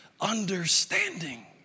understanding